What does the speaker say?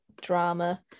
drama